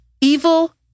evil